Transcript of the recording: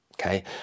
Okay